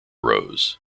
rows